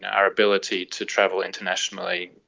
our ability to travel internationally,